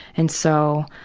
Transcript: and so,